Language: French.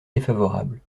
défavorable